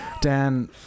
Dan